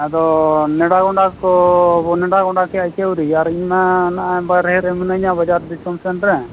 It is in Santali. ᱟᱫᱚ ᱱᱮᱰᱟ ᱜᱚᱰᱟ ᱠᱚ ᱱᱮᱰᱟ ᱜᱚᱰᱟ ᱠᱮᱭᱟ ᱪᱮ ᱟᱹᱣᱨᱤ ᱟᱨ ᱤᱧᱢᱟ ᱱᱚᱜᱼᱚᱸᱭ ᱵᱟᱨᱦᱮ ᱨᱮ ᱢᱤᱱᱟᱹᱧᱟ ᱵᱟᱡᱟᱨ ᱫᱤᱥᱚᱢ ᱥᱮᱱ ᱨᱮ